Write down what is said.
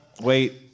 Wait